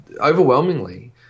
overwhelmingly